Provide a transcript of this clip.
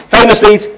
Famously